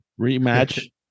Rematch